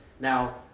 Now